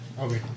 Okay